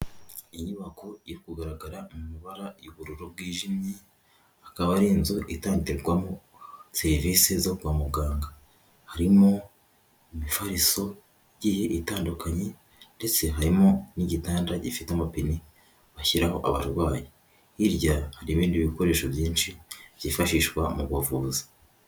Inyubako iri kugaragara mu mabara y'ubururu bwijimye, akaba ari inzu itangirwamo serivisi zo kwa muganga, harimo imifariso igiye itandukanye ndetse harimo n'igitanda gifite amapine bashyiraho abarwayi, hirya hari ibindi bikoresho byinshi byifashishwa mu buvuzi.